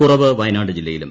കുറവ് കയനാട് ജില്ലയിലും